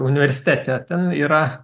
universitete ten yra